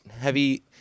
heavy